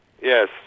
Yes